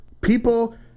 People